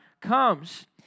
comes